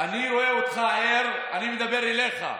אני רואה אותך ער, אני מדבר אליך.